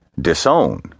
disown